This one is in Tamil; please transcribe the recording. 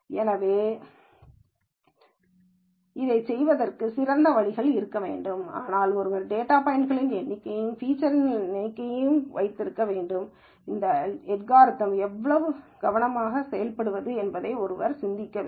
எனவே அதைச் செய்வதற்கான சிறந்த வழிகள் இருக்க வேண்டும் ஆனாலும் ஒருவர் டேட்டா பாய்ன்ட்களின் எண்ணிக்கையையும் ஃபீச்சர்களின் எண்ணிக்கையையும் நினைவில் வைத்திருக்க வேண்டும் இந்த அல்காரிதம்யை எவ்வாறு கவனமாகப் பயன்படுத்துவது என்று ஒருவர் சிந்திக்க வேண்டும்